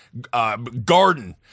garden